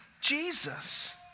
Jesus